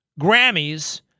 Grammys